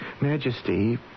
Majesty